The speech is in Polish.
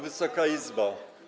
Wysoka Izbo!